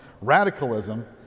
radicalism